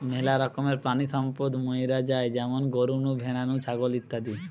মেলা রকমের প্রাণিসম্পদ মাইরা পাই যেমন গরু নু, ভ্যাড়া নু, ছাগল ইত্যাদি